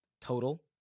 total